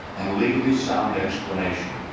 and legally-sound explanation.